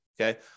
Okay